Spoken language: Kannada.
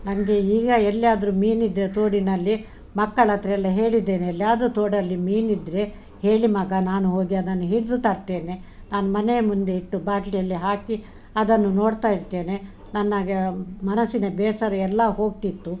ನನಗೆ ಈಗ ಎಲ್ಲಿಯಾದರೂ ಮೀನಿದ್ದರೆ ತೋಡಿನಲ್ಲಿ ಮಕ್ಕಳ ಹತ್ರೆಲ್ಲ ಹೇಳಿದ್ದೇನೆ ಎಲ್ಲಿಯಾದ್ರು ತೋಡಲ್ಲಿ ಮೀನಿದ್ದರೆ ಹೇಳಿ ಮಗ ನಾನು ಹೋಗಿ ಅದನ್ನು ಹಿಡಿದು ತರ್ತೇನೆ ನಾನು ಮನೆಯ ಮುಂದೆ ಇಟ್ಟು ಬಾಟ್ಲಿಯಲ್ಲಿ ಹಾಕಿ ಅದನ್ನು ನೋಡ್ತಾ ಇರ್ತೇನೆ ನನಗೆ ಮನಸ್ಸಿನ ಬೇಸರ ಎಲ್ಲ ಹೋಗ್ತಿತ್ತು